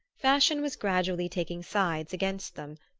fashion was gradually taking sides against them,